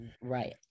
Right